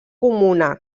comuna